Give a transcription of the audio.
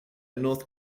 north